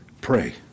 Pray